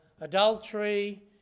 adultery